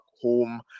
home